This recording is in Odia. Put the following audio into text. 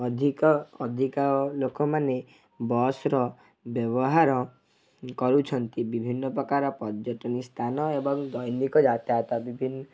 ଅଧିକ ଅଧିକା ଲୋକମାନେ ବସ୍ର ବ୍ୟବହାର କରୁଛନ୍ତି ବିଭିନ୍ନ ପ୍ରକାର ପର୍ଯ୍ୟଟନୀ ସ୍ଥାନ ଏବଂ ଦୈନିକ ଯାତାୟତ ବିଭିନ୍ନ